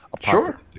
sure